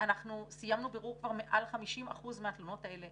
אנחנו סיימנו בירור כבר במעל 50 אחוזים מהתלונות האלה.